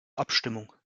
abstimmung